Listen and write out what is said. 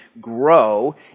grow